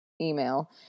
email